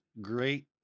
great